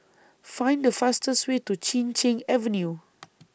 Find The fastest Way to Chin Cheng Avenue